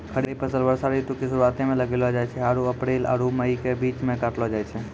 खरीफ फसल वर्षा ऋतु के शुरुआते मे लगैलो जाय छै आरु अप्रैल आरु मई के बीच मे काटलो जाय छै